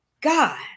God